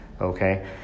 okay